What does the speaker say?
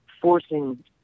forcing